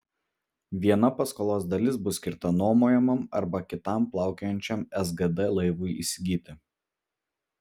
viena paskolos dalis bus skirta nuomojamam arba kitam plaukiojančiam sgd laivui įsigyti